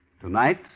Tonight